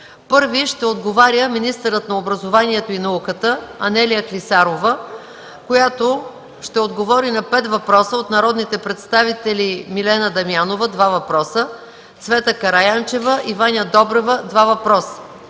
Първи ще отговаря министърът на образованието и науката Анелия Клисарова – на пет въпроса от народните представители Милена Дамянова – два въпроса, Цвета Караянчева, и Ваня Добрева – два въпроса.